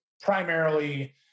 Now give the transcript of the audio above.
primarily